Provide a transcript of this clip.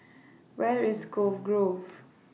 Where IS Cove Grove